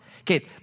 Okay